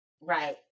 Right